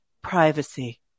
privacy